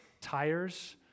Tires